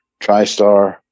TriStar